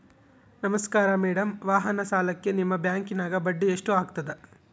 ನಮಸ್ಕಾರ ಮೇಡಂ ವಾಹನ ಸಾಲಕ್ಕೆ ನಿಮ್ಮ ಬ್ಯಾಂಕಿನ್ಯಾಗ ಬಡ್ಡಿ ಎಷ್ಟು ಆಗ್ತದ?